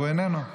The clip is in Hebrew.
והוא איננו.